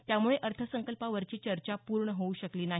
त्यामुळे अर्थसंकल्पावरची चर्चा पूर्ण होऊ शकली नाही